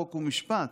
חוק ומשפט,